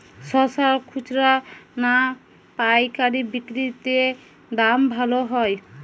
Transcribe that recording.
শশার খুচরা না পায়কারী বিক্রি তে দাম ভালো হয়?